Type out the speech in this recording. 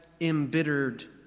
embittered